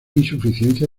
insuficiencia